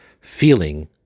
feeling